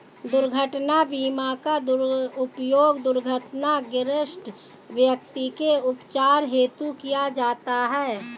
दुर्घटना बीमा का उपयोग दुर्घटनाग्रस्त व्यक्ति के उपचार हेतु किया जाता है